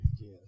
Yes